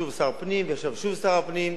שוב שר הפנים ועכשיו שוב שר הפנים.